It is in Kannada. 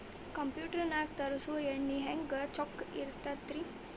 ಕಂಪ್ಯೂಟರ್ ನಾಗ ತರುಸುವ ಎಣ್ಣಿ ಹೆಂಗ್ ಚೊಕ್ಕ ಇರತ್ತ ರಿ?